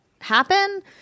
happen